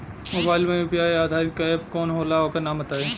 Mobile म UPI आधारित app कौन होला ओकर नाम बताईं?